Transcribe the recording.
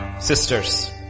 sisters